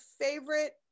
favorite